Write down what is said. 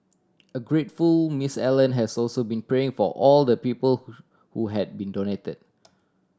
a grateful Miss Allen has also been praying for all the people who have been donated